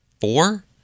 four